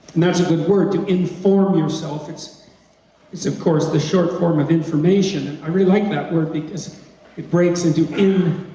that's a good word, to inform yourself, it's it's of course the short form of information. i really like that word because it breaks into in,